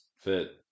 fit